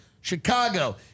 Chicago